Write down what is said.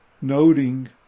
noting